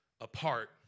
apart